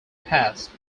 passed